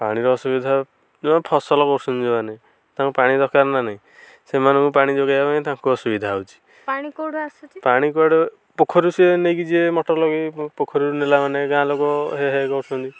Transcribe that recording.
ପାଣିର ଅସୁବିଧା ଯେଉଁ ଫସଲ ବସଉଛନ୍ତି ଯେଉଁମାନେ ତ ପାଣି ଦରକାର ନା ନାଇଁ ସେମାନଙ୍କୁ ପାଣି ଯୋଗେଇବା ପାଇଁ ତାଙ୍କୁ ଅସୁବିଧା ହେଉଛି ପାଣି କେଉଁଠୁ ଆସୁଛି ପାଣି କୁଆଡ଼ୁ ପୋଖରୀରୁ ସେ ନେଇକି ଯିବେ ମଟର ଲଗେଇକି ପୋଖରୀରୁ ନେଲା ମାନେ ଗାଁ ଲୋକ ହେ ହେ କରୁଛନ୍ତି